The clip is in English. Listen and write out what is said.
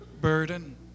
burden